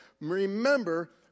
Remember